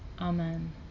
amen